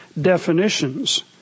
definitions